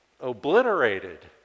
obliterated